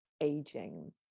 aging